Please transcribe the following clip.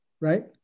right